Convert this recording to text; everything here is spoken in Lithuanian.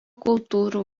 kultūrų